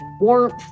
warmth